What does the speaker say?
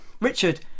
Richard